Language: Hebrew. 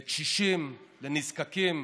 לקשישים, לנזקקים